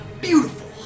Beautiful